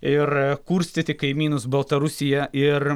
ir kurstyti kaimynus baltarusiją ir